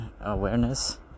awareness